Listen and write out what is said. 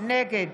נגד